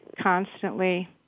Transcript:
constantly